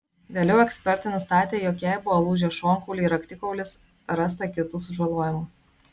vėliau ekspertai nustatė jog jai buvo lūžę šonkauliai raktikaulis rasta kitų sužalojimų